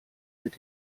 mit